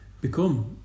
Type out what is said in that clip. become